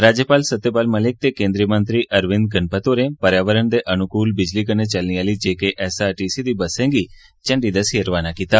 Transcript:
राज्यपाल सत्यपाल मलिक ते केन्द्रीय मंत्री अरविंद गणपत होरें पर्यावरण दे अनुकूल बिजली कन्नै चलने आली J K S R T C दी बस्सें गी झंडी दस्सियै रवाना कीता